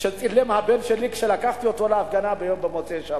שצילם הבן שלי כשלקחתי אותו להפגנה במוצאי שבת.